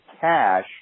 cash